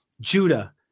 Judah